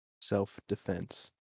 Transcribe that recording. Self-defense